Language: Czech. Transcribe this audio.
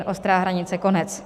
Ostrá hranice, konec.